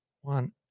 one